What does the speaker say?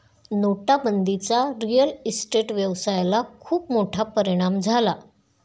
नोटाबंदीचा real estate व्यवसायाला खूप मोठा परिणाम झाला